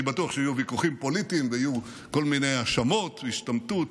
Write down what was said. אני בטוח שיהיו ויכוחים פוליטיים ויהיו כל מיני האשמות בהשתמטות.